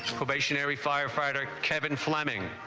kobe. firefighter kevin fleming